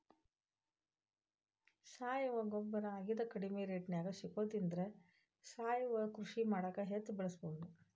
ಸಾವಯವ ಗೊಬ್ಬರ ಅಗದಿ ಕಡಿಮೆ ರೇಟ್ನ್ಯಾಗ ಸಿಗೋದ್ರಿಂದ ಸಾವಯವ ಕೃಷಿ ಮಾಡಾಕ ಹೆಚ್ಚ್ ಬಳಸಬಹುದು